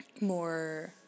more